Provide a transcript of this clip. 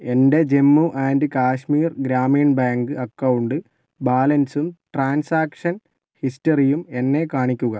എൻ്റെ Jammu and Kashmir Grameen bank account ബാലൻസും transaction ഹിസ്റ്ററിയും എന്നെ കാണിക്കുക